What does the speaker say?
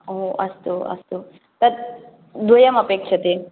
ओ अस्तु अस्तु तत् द्वयम् अपेक्ष्यते